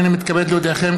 הנני מתכבד להודיעכם,